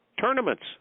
tournaments